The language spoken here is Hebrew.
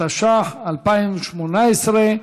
התשע"ח 2018,